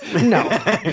No